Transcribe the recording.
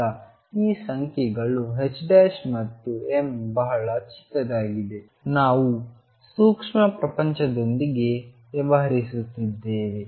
ಈಗ ಈ ಸಂಖ್ಯೆಗಳು ಮತ್ತು m ಬಹಳ ಚಿಕ್ಕದಾಗಿದೆ ನಾವು ಸೂಕ್ಷ್ಮ ಪ್ರಪಂಚದೊಂದಿಗೆ ವ್ಯವಹರಿಸುತ್ತಿದ್ದೇವೆ